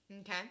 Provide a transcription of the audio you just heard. Okay